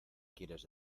quieres